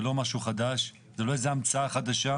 זה לא משהו חדש, זאת לא המצאה חדשה.